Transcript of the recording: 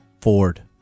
Ford